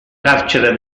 carcere